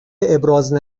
ابراز